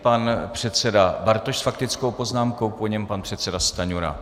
Pan předseda Bartoš s faktickou poznámkou, po něm pan předseda Stanjura.